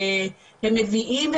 הם מביאים,